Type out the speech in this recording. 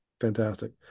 Fantastic